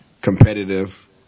competitive